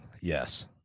yes